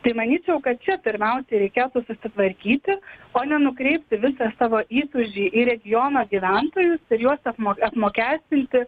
tai manyčiau kad čia pirmiausiai reikėtų susitvarkyti o ne nukreipti visą savo įtūžį į regiono gyventojus ir juos apmo apmokestinti